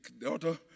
daughter